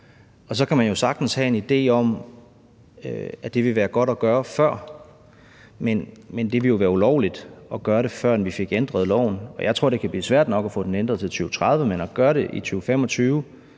Og så kan man jo sagtens have en idé om, at det ville være godt at gøre det før, men det ville jo være ulovligt at gøre det, før vi fik ændret loven. Jeg tror, at det kan blive svært nok at få den ændret til 2030, men med hensyn